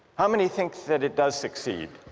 how many think that it does succeed?